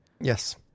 Yes